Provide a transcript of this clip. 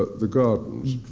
the gardens.